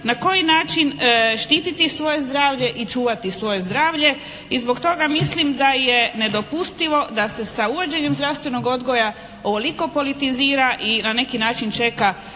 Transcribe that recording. na koji način štititi svoje zdravlje i čuvati svoje zdravlje i zbog toga mislim da je nedopustivo da se sa uvođenjem zdravstvenog odgoja ovoliko politizira i na neki način čeka